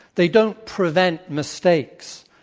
they don't prevent mistakes.